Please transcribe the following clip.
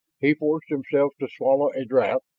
he forced himself to swallow a draft,